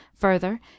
further